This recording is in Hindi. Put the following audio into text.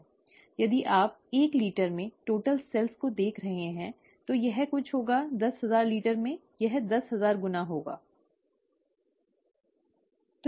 यदि आप एक लीटर में कुल कोशिकाओं को देख रहे हैं तो यह कुछ होगा दस हजार लीटर में यह दस हजार गुना होगा ठीक है